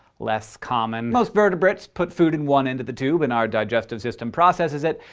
less common. most vertebrates put food in one end of the tube and our digestive system processes it,